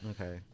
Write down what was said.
Okay